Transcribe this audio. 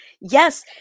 yes